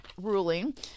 ruling